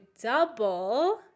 double